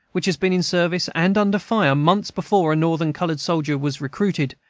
which had been in service and under fire, months before a northern colored soldier was recruited,